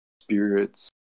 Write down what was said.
spirits